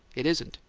it isn't.